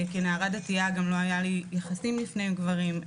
גם כנערה דתית לא היו לי יחסים לפני עם גברים.